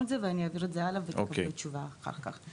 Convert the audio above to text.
ואעביר הלאה כדי שתקבלו תשובה אחר כך.